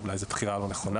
אולי זו בחירה לא נכונה